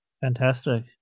Fantastic